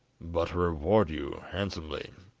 but reward you handsomely